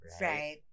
Right